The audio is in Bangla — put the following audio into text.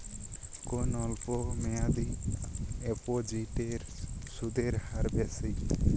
কোন অল্প মেয়াদি ডিপোজিটের সুদের হার বেশি?